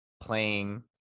playing